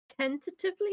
tentatively